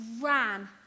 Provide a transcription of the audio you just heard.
ran